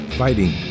fighting